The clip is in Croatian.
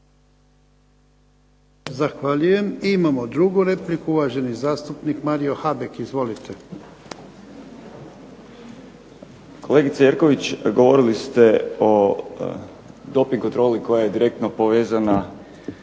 Zahvaljujem. I imamo drugu repliku uvaženi zastupnik Mario Habek. Izvolite. **Habek, Mario (SDP)** Kolegice Jerković govorili ste od doping kontroli koja je direktno povezana